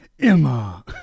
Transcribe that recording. Emma